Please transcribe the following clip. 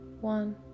one